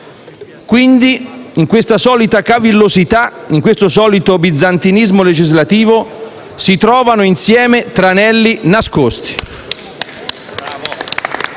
pertanto, «in questa solita cavillosità, in questo solito bizantinismo legislativo, si trovano insieme tranelli nascosti».